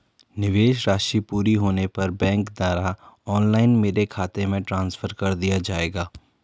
निवेश राशि पूरी होने पर बैंक द्वारा ऑनलाइन मेरे खाते में ट्रांसफर कर दिया जाएगा?